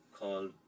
called